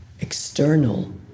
external